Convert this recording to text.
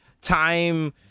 time